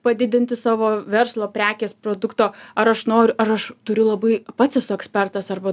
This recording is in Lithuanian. padidinti savo verslo prekės produkto ar aš noriu ar aš turiu labai pats esu ekspertas arba